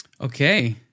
Okay